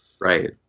Right